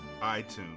iTunes